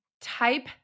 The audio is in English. Type